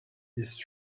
his